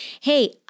hey